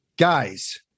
Guys